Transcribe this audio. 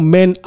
Men